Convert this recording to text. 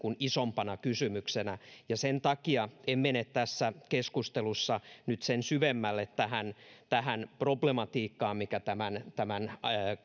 isompana kysymyksenä ja sen takia en mene tässä keskustelussa nyt sen syvemmälle tähän tähän problematiikkaan mikä tämän tämän